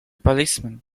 policeman